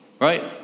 right